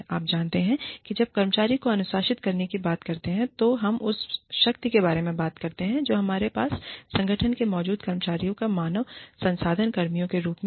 आप जानते हैं कि जब हम कर्मचारियों को अनुशासित करने की बात करते हैं तो हम उस शक्ति के बारे में बात करते हैं जो हमारे पास संगठन में मौजूद कर्मचारियों पर मानव संसाधन कर्मियों के रूप में है